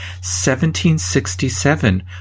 1767